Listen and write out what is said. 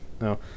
No